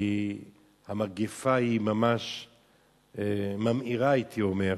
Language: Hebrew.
כי המגפה היא ממש ממאירה, הייתי אומר,